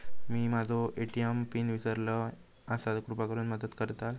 मी माझो ATM pin इसरलो आसा कृपा करुन मदत करताल